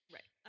Right